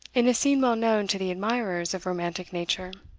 in a scene well known to the admirers of romantic nature.